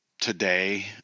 today